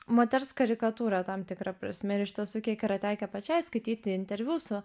moters karikatūrą tam tikra prasme iš tiesų kiek yra tekę pačiai skaityti interviu su